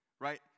Right